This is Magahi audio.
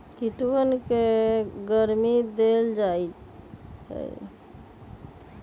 कीटवन के गर्मी देवल जाहई